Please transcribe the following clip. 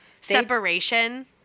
separation